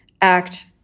act